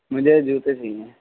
مجھے جوتے چاہیے